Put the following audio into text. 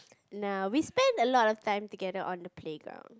now we spend a lot of time together on the playground